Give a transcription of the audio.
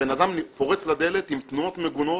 הבן אדם פורץ לדלת עם תנועות מגונות,